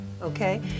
okay